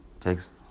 takes